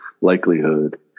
likelihood